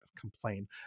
Complain